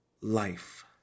life